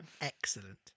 Excellent